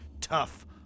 tough